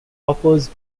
offers